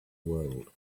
world